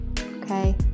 okay